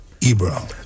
Ebro